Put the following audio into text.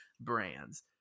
Brands